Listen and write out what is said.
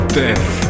death